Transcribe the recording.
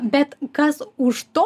bet kas už to